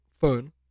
phone